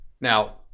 Now